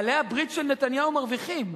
בעלי הברית של נתניהו מרוויחים.